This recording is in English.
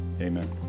amen